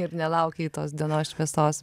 ir nelaukei tos dienos šviesos